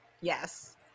Yes